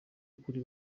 kuri